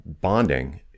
bonding